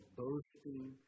boasting